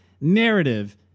narrative